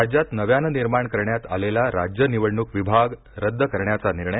राज्यात नव्यानं निर्माण करण्यात आलेला राज्य निवडणूक विभाग रद्द करण्याचा निर्णय